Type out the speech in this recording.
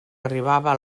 arribava